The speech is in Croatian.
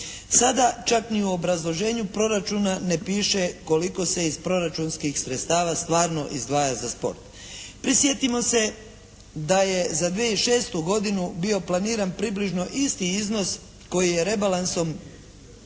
Sada čak ni u obrazloženju proračuna ne piše koliko se iz proračunskih sredstava stvarno izdvaja za sport. Prisjetimo se da je za 2006. godinu bio planiran približno isti iznos koji je rebalansom